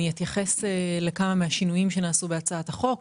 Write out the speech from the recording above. ואני אתייחס לכמה מהשינויים שנעשו בהצעת החוק.